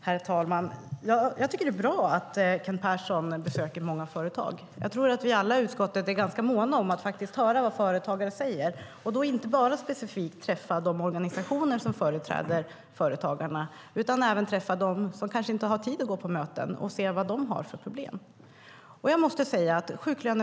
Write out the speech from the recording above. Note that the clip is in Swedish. Herr talman! Jag tycker att det är bra att Kent Persson besöker många företag. Jag tror att vi alla i utskottet är ganska måna om att höra vad företagare säger, och då inte bara specifikt träffa de organisationer som företräder företagarna utan även träffa de som kanske inte har tid att gå på möten och höra vad de har för problem.